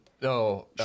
No